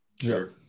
Sure